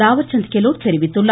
தாவர்சந்த் கெலாட் தெரிவித்துள்ளார்